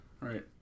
right